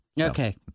Okay